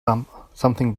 something